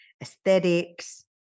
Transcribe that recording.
aesthetics